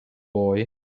boy